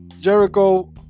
Jericho